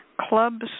Clubs